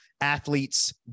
athletes